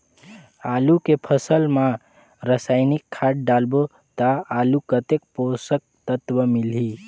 आलू के फसल मा रसायनिक खाद डालबो ता आलू कतेक पोषक तत्व मिलही?